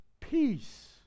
peace